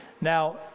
now